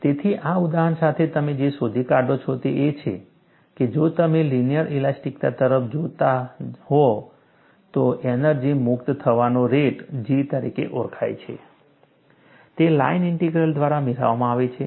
તેથી આ ઉદાહરણ સાથે તમે જે શોધી કાઢો છો તે એ છે કે જો તમે લિનિયર ઇલાસ્ટિકતા તરફ જોતા હોય તો એનર્જી મુક્ત થવાનો રેટ G તરીકે ઓળખાય છે તે લાઇન ઇન્ટિગ્રલ દ્વારા મેળવવામાં આવે છે